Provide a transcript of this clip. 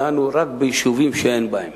רק ביישובים שאין בהם